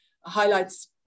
highlights